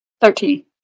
Thirteen